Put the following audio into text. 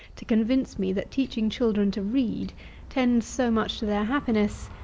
to convince me, that teaching children to read tends so much to their happiness,